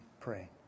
pray